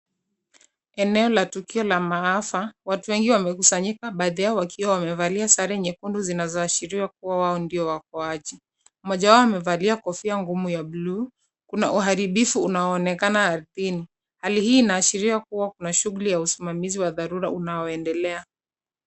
Eneo la tukio la maafa. Watu wengi wamekusanyika baadhi yao wakiwa wamevalia sare nyekundu zinazoashiria kuwa wao ndio waokoaji. Mmoja wao amevalia kofia ngumu ya bluu. Kuna uharibifu unaoonekana ardhini. Hali hii inaashiria kuwa kuna shughuli ya usimamizi wa dharura unaondelea.